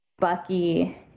Bucky